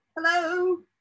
Hello